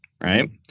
Right